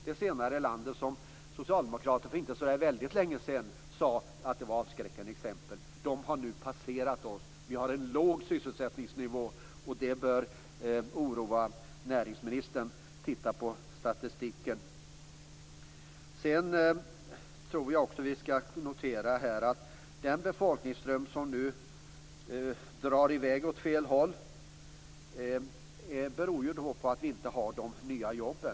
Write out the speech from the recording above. Det senare landet, som det inte var så länge sedan som socialdemokrater sade var ett avskräckande exempel, har nu passerat oss. Vi har en låg sysselsättningsnivå, och det bör oroa näringsministern. Titta på statistiken! Sedan kan vi notera att den befolkningsström som nu drar i väg åt fel håll beror på att det inte finns några nya jobb.